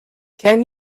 can